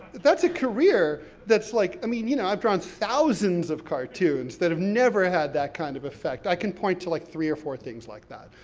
that's a career that's, like, i mean you know, i've drawn thousands of cartoons that have never had that kind of effect. i can point to like three or four things like that.